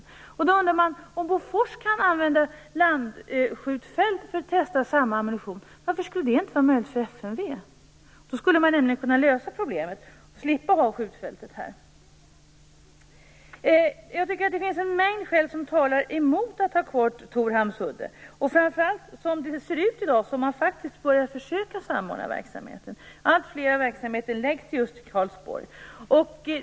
Jag undrar varför det inte skulle vara möjligt för FMV att använda landskjutfält för att testa denna ammunition, när Bofors gör det för samma ammunition. Då skulle man kunna lösa problemet och slippa ha skjutfältet här. Det finns en mängd skäl som talar emot att ha kvar skjutfältet vid Torhamns udde. Framför allt får man, som det ser ut i dag, börja försöka att samordna verksamheten. Alltflera verksamheter förläggs till Karlsborg.